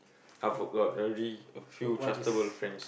I've got already a few trustable friends